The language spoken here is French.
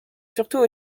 surtout